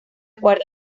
cuarta